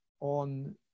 On